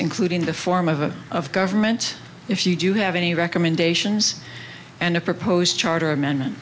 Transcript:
including the form of a of government if you do have any recommendations and a proposed charter amendment